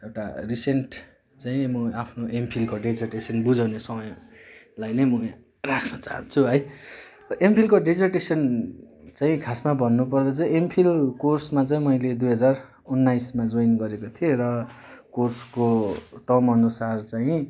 एउटा रिसेन्ट चाहिँ म आफ्नो एमफिलको डेजर्टेसन बुझाउने समयलाई नै म यहाँ राख्न चाहन्छु है र एमफिलको डेजर्टेसन चाहिँ खासमा भन्नुपर्दा चाहिँ एमफिल कोर्समा चाहिँ मैले दुई हजार उन्नाइसमा जोइन गरेको थिएँ र कोर्सको टर्मअनुसार चाहिँ